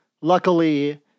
luckily